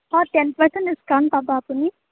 অঁ ten percent discount পাব আপুনি